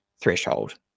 threshold